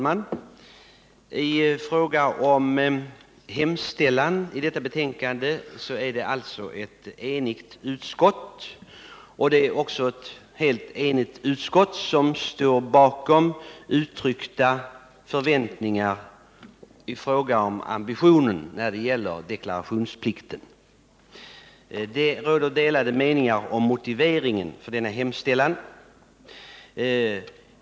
Herr talman! Hemställan i jordbruksutskottets betänkande nr 12 görs av ett enigt utskott. Det är också ett helt enigt utskott som står bakom uttryckta förväntningar i fråga om ambitionen när det gäller deklarationsplikten. Det råder däremot delade meningar om motiveringen för denna hemställan.